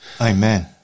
Amen